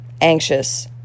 Anxious